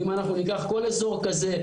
אם אנחנו ניקח כל אזור כזה,